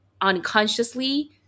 unconsciously